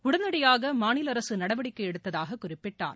உடனடியாக மாநில அரசு நடவடிக்கை எடுத்ததாக குறிப்பிட்டார்